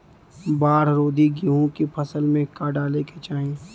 बाढ़ रोधी गेहूँ के फसल में का डाले के चाही?